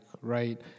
right